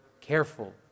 careful